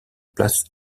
place